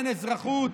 אין אזרחות",